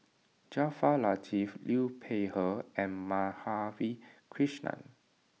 Jaafar Latiff Liu Peihe and Madhavi Krishnan